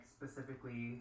Specifically